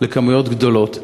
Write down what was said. לכמויות גדולות.